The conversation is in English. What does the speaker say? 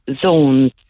zones